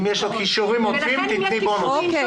אם יש לו כישורים עודפים, תני בונוסים.